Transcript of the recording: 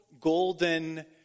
golden